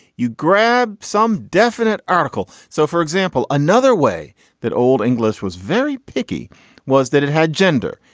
you grab some definite article. so for example another way that old english was very picky was that it had gender.